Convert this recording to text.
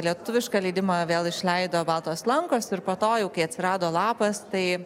lietuvišką leidimą vėl išleido baltos lankos ir po to kai atsirado lapas tai